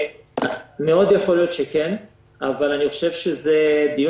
מאוד יכול להיות שכן אבל אני חושב שזה דיון